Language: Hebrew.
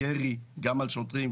ירי גם על שוטרים,